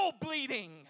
bleeding